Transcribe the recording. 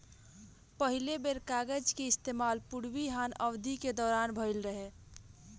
पहिला बेर कागज के इस्तेमाल पूर्वी हान अवधि के दौरान भईल रहे